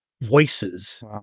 voices